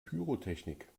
pyrotechnik